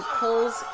pulls